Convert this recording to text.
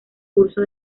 curso